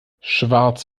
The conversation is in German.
schwarz